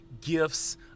gifts